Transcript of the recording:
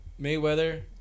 Mayweather